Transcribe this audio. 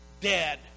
dead